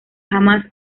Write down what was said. jamás